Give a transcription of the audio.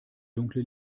dunkle